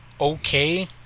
okay